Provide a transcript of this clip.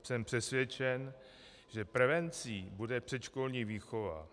Jsem přesvědčen, že prevencí bude předškolní výchova.